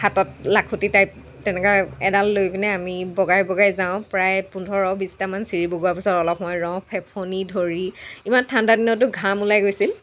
হাতত লাখুটি টাইপ তেনেকুৱা এডাল লৈ পিনে আমি বগাই বগাই যাওঁ প্ৰায় পোন্ধৰ বিশটামান চিৰি বগোৱাৰ পাছত অলপ সময় ৰওঁ ফেফনি ধৰি ইমান ঠাণ্ডা দিনতো ঘাম ওলাই গৈছিল